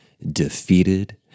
defeated